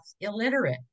illiterate